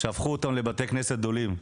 הפכו אותם לבתי כנסת גדולים,